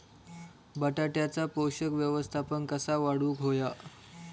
बटाट्याचा पोषक व्यवस्थापन कसा वाढवुक होया?